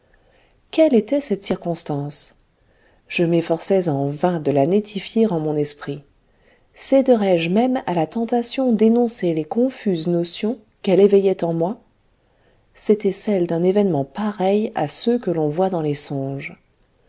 quelle était cette circonstance je m'efforçais en vain de la nettifier en mon esprit céderai je même à la tentation d'énoncer les confuses notions qu'elle éveillait en moi c'étaient celles d'un événement pareil à ceux que l'on voit dans les songes